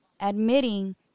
admitting